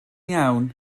iawn